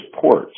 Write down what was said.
ports